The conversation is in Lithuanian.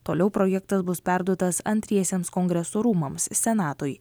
toliau projektas bus perduotas antriesiems kongreso rūmams senatui